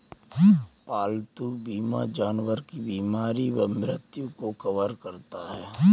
पालतू बीमा जानवर की बीमारी व मृत्यु को कवर करता है